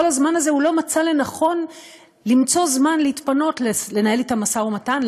כל הזמן הזה הוא לא מצא לנכון למצוא זמן להתפנות לנהל אתם משא-ומתן,